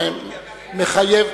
שמחייב,